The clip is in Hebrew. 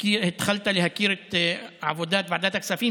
התחלת להכיר את עבודת ועדת הכספים,